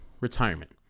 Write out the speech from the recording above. retirement